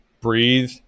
breathe